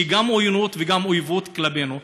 שהיו גם עוינות וגם אויבות כלפינו,